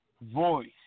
voice